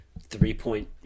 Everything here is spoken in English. three-point